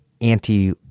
anti